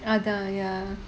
ah da~ ya